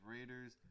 Raiders